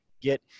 get